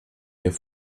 hier